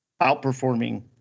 outperforming